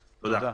תודה.